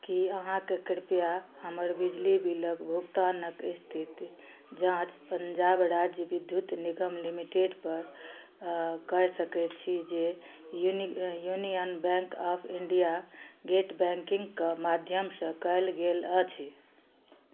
की अहाँके कृपया हमर बिजली बिलक भुगतानक स्थितिक जाँच पंजाब राज्य विद्युत निगम लिमिटेडपर कए सकय छी जे यूनि यूनियन बैंक ऑफ इंडिया गेट बैंकिंगकेँ माध्यमसँ कयल गेल अछि